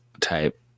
type